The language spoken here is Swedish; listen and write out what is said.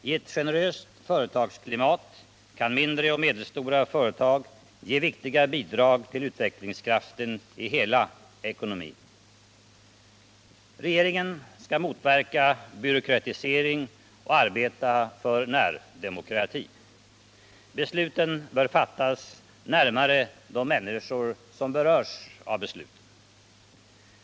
I ett generöst företagsklimat kan mindre och medelstora företag ge viktiga bidrag till utvecklingskraften i hela ekonomin. Regeringen skall motverka byråkratisering och arbeta för närdemokrati. Besluten bör fattas närmare de människor som berörs av dem.